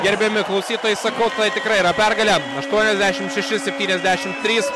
gerbiami klausytojai sakau tikrai yra pergalė aštuoniasdešimt šeši septyniasdešimt trys